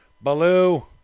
Baloo